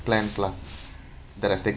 plans lah that I take